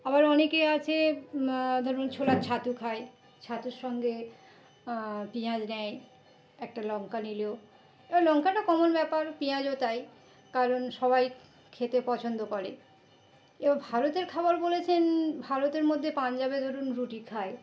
আবার অনেকে আছে ধরুন ছোলার ছাতু খায় ছাতুর সঙ্গে পেঁয়াজ নেয় একটা লঙ্কা নিল এবার লঙ্কাটা কমন ব্যাপার পেঁয়াজও তাই কারণ সবাই খেতে পছন্দ করে এবার ভারতের খাবার বলেছেন ভারতের মধ্যে পাঞ্জাবে ধরুন রুটি খায়